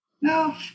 No